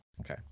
Okay